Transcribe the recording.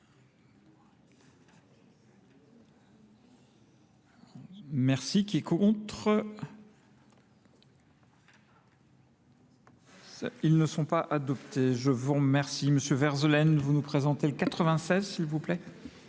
Merci. Qui est contre ? Ils ne sont pas adoptés. Je vous remercie. Monsieur Verzelaine, vous nous présentez le 96, s'il vous plaît.